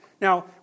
now